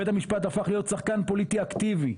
בית המשפט הפך להיות שחקן פוליטי אקטיבי,